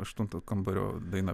aštunto kambario daina